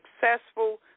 successful